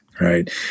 right